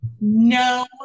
no